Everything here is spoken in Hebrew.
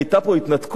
היתה פה התנתקות?